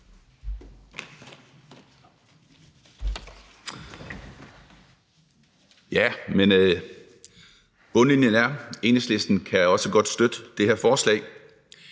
(EL): Bundlinjen er, at Enhedslisten også godt kan støtte det her forslag.